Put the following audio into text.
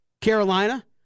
Carolina